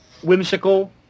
whimsical